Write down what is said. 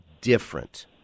different